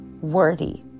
worthy